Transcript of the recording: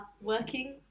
working